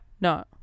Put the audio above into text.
no